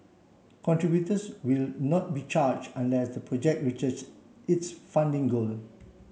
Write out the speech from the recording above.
contributors will not be charge unless the project reaches its funding goal